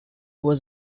was